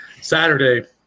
Saturday